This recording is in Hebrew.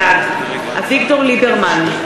בעד אביגדור ליברמן,